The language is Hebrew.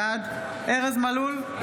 בעד ארז מלול,